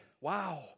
wow